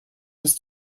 ist